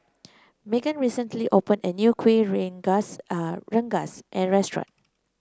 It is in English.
Meghann recently opened a new Kuih Rengas a rengas restaurant